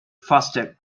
fastest